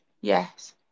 yes